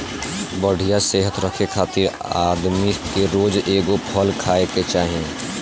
बढ़िया सेहत रखे खातिर आदमी के रोज एगो फल खाए के चाही